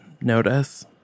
notice